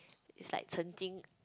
it's like 沉静